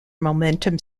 momentum